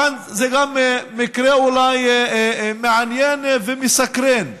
כאן זה גם אולי מקרה מעניין ומסקרן,